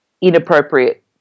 inappropriate